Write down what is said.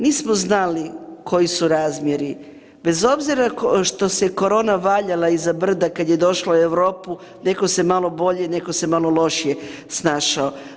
Nismo znali koji su razmjeri bez obzira što se korona valjala iza brda kad je došla u Europu, netko se malo bolje, netko se malo lošije snašao.